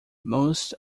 most